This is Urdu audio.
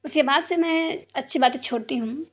اس کے بعد سے میں اچھی باتیں چھوڑتی ہوں